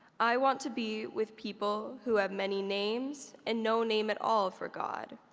i want to be with people who have many names and no name at all for god.